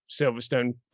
Silverstone